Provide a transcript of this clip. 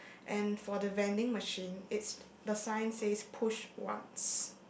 and for the vending machine it's the sign said push once